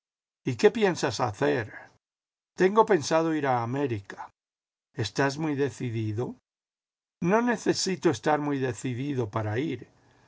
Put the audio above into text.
y qué piensas hacer tengo pensado ir a américa estás muy decidido no necesito estar muy decidido para ir